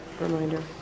reminder